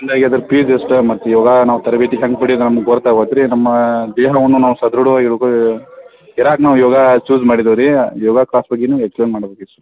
ಅಂದ್ಹಾಗೆ ಅದ್ರ ಪೀಸ್ ಎಷ್ಟು ಮತ್ತು ಯೋಗ ನಾವು ತರಬೇತಿ ಹೆಂಗೆ ಪಡೆಯೋದು ನಮ್ಗೆ ಗೊತ್ತಾಗೋತು ರೀ ನಮ್ಮ ದೇಹವನ್ನ ನಾವು ಸದೃಢವಾಗಿ ಇಡ್ಕೋ ಇರಾಕೆ ನಾವು ಯೋಗ ಚೂಸ್ ಮಾಡಿದೆವೆ ರೀ ಯೋಗ ಕ್ಲಾಸ್ ಬಗ್ಗೆನು ಎಕ್ಸ್ಪ್ಲೇನ್ ಮಾಡ್ಬೇಕಿತ್ತು